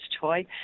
toy